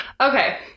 Okay